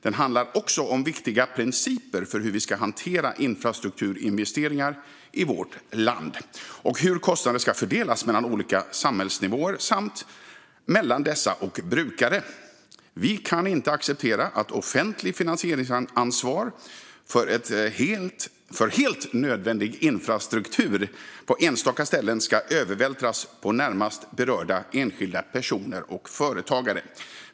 Den handlar också om viktiga principer för hur vi ska hantera infrastrukturinvesteringar i vårt land och hur kostnaderna ska fördelas mellan olika samhällsnivåer samt mellan dessa och brukare. Vi kan inte acceptera att offentligt finansieringsansvar för helt nödvändig infrastruktur på enstaka ställen ska övervältras på närmast berörda enskilda personer och företagare.